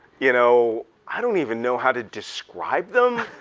you know i don't even know how to describe them.